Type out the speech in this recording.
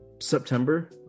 september